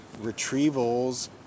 Retrievals